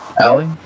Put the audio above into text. Allie